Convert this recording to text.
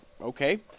Okay